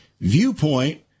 viewpoint